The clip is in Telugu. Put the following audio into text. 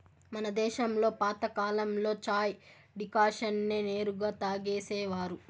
మన దేశంలో పాతకాలంలో చాయ్ డికాషన్ నే నేరుగా తాగేసేవారు